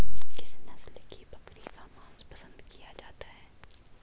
किस नस्ल की बकरी का मांस पसंद किया जाता है?